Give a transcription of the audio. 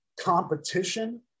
competition